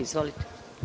Izvolite.